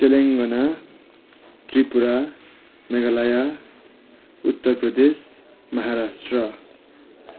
Telangana Tripura Meghalaya Uttar Pradesh Maharashtra